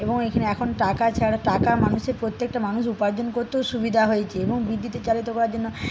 এবং এখানে এখন টাকা ছাড়া টাকা মানুষের প্রত্যেকটা মানুষ উপার্জন করতেও সুবিধা হয়েছে এবং বিদ্যুতে চালিত করার জন্য